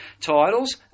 titles